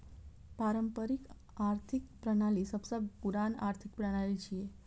पारंपरिक आर्थिक प्रणाली सबसं पुरान आर्थिक प्रणाली छियै